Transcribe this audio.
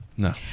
No